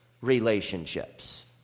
relationships